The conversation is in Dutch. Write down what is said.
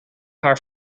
haar